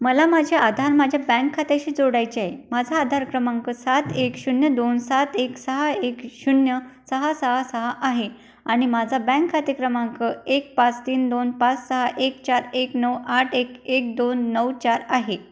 मला माझे आधार माझ्या बँक खात्याशी जोडायचे आहे माझा आधार क्रमांक सात एक शून्य दोन सात एक सहा एक शून्य सहा सहा सहा आहे आणि माझा बँक खाते क्रमांक एक पाच तीन दोन पाच सहा एक चार एक नऊ आठ एक एक दोन नऊ चार आहे